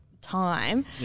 time